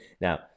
Now